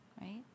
right